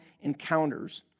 encounters